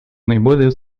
наиболее